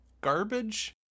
garbage